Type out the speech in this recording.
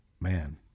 man